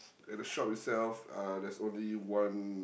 and the shop itself uh there's only one